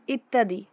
ইত্যাদি